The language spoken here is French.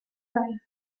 val